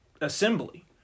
assembly